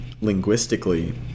linguistically